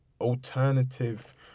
alternative